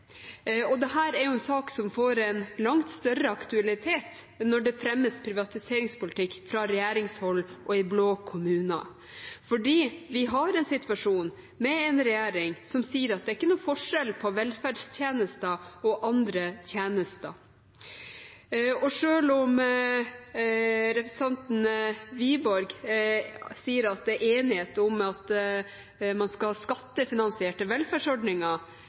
er en sak som får langt større aktualitet når det fremmes privatiseringspolitikk fra regjeringshold og i blå kommuner. Vi har en situasjon med en regjering som sier at det ikke er noen forskjell på velferdstjenester og andre tjenester. Når representanten Wiborg sier at det er enighet om at man skal ha skattefinansierte velferdsordninger,